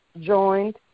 joined